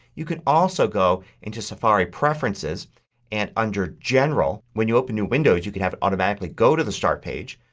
you can also go into safari preferences and under general, when you open new windows, you can have it automatically go to the start page.